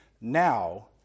now